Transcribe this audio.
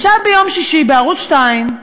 ישב ביום שישי בערוץ 2,